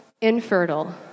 infertile